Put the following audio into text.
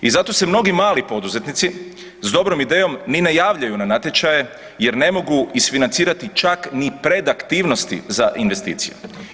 I zato se mnogi mali poduzetnici s dobrom idejom ni ne javljaju na natječaje jer ne mogu isfinancirati čak ni predaktivnosti za investicije.